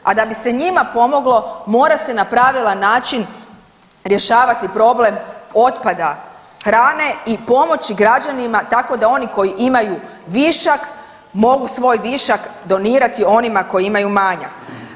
A da bi se njima pomoglo, mora se na pravilan način rješavati problem otpada hrane i pomoći građanima tako da oni koji imaju višak mogu svoj višak donirati onima koji imaju manjak.